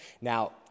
Now